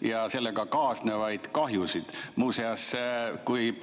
ja sellega kaasnevaid kahjusid. Muuseas, kui